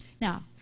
Now